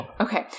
Okay